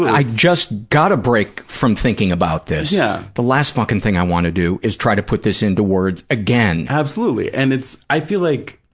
i just got a break from thinking about this. yeah the last fucking thing i want to do is try to put this into words again. absolutely. and it's, i feel like,